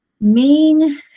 main